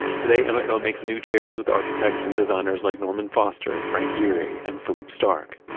today emeco makes new chairs with architects and designers like norman foster, frank gehry and philippe starck,